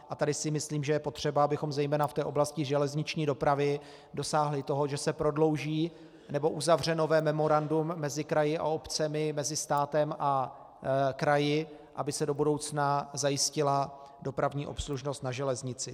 A tady si myslím, že je potřeba, abychom zejména v oblasti železniční dopravy dosáhli toho, že se prodlouží nebo uzavře nové memorandum mezi kraji a obcemi, mezi státem a kraji, aby se do budoucna zajistila dopravní obslužnost na železnici.